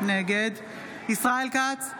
נגד ישראל כץ,